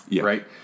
right